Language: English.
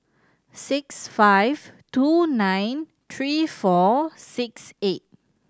six five two nine three four six eight